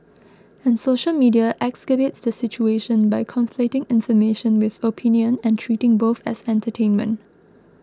and social media exacerbates the situation by conflating information with opinion and treating both as entertainment